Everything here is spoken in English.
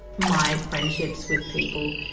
my friendships with people.